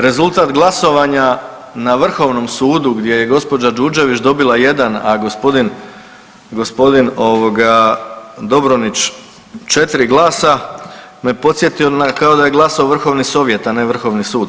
Rezultat glasovanja na Vrhovnom sudu gdje je gospođa Đurđević dobila 1, a gospodin, gospodin 4 glasa me podsjetio kao da je glasao vrhovni sovjet, a ne Vrhovni sud.